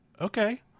okay